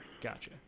Gotcha